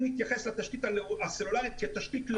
להתייחס לתשתית הסלולרית כאל תשתית לאומית.